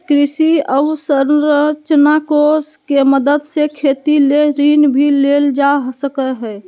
कृषि अवसरंचना कोष के मदद से खेती ले ऋण भी लेल जा सकय हय